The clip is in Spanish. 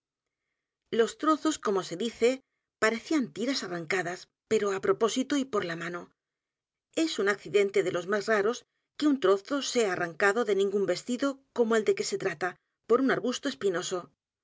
los trozos como se dice parecían t i r a s arrancadas pero á propósito y por la mano e s un accidente de los más raros que un trozo sea a r r a n cado de ningún vestido como el de que se trata p o r u n arbusto espinoso